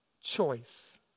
Choice